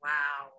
Wow